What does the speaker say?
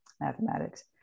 mathematics